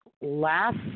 last